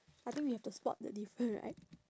I think we have to spot the different right